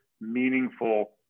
meaningful